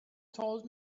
told